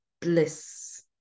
bliss